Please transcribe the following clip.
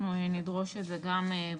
אנחנו נדרוש את זה גם בסיכום.